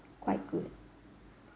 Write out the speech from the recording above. quite good